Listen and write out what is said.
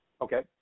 Okay